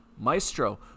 maestro